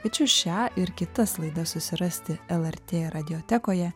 kviečiu šią ir kitas laidas susirasti lrt radijotekoje